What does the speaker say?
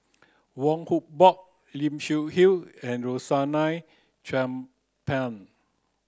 Wong Hock Boon Lim Seok Hui and Rosaline Chan Pang